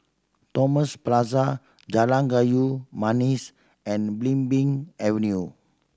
Thomas Plaza Jalan Kayu Manis and Belimbing Avenue